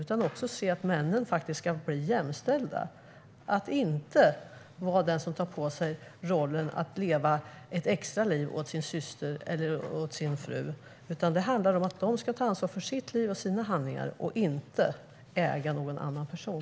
Det handlar också om att männen ska bli jämställda och inte vara de som tar på sig rollen att leva ett extra liv åt sin syster eller åt sin fru. Det handlar om att de ska ta ansvar för sitt liv och sina handlingar och inte äga någon annan person.